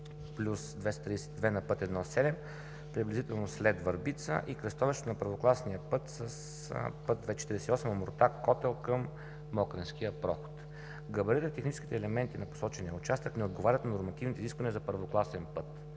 180+232 на път I-7, приблизително след Върбица и кръстовището на първокласния път с път II-48 Омуртаг-Котел към Мокренския проход. Габаритът и техническите елементи на посочения участък не отговарят на нормативните изисквания за първокласен път,